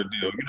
deal